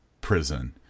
prison